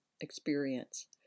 experience